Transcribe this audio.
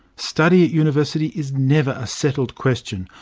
study at university is never a settled question,